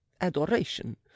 adoration